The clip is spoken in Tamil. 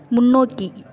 முன்னோக்கி